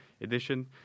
edition